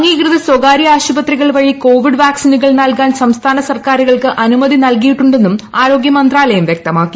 അംഗീകൃത സ്വകാര്യ ആശുപത്രികൾ വഴി കോവിഡ് വാക്സിനുകൾ നല്കാൻ സംസ്ഥാന സർക്കാരുകൾക്ക് അനുമതി നൽകിയിട്ടുണ്ടെന്നും ആരോഗ്യമന്ത്രാലയം വ്യക്തമാക്കി